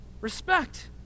Respect